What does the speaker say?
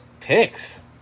picks